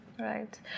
Right